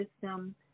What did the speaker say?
system